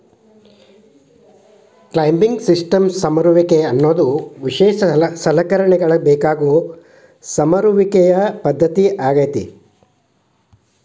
climbing systems ಸಮರುವಿಕೆ ಅನ್ನೋದು ವಿಶೇಷ ಸಲಕರಣೆಗಳ ಬೇಕಾಗೋ ಸಮರುವಿಕೆಯ ಪದ್ದತಿಯಾಗೇತಿ